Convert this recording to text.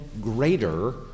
greater